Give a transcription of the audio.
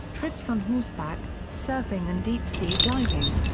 trips on horseback, surfing and deep sea diving.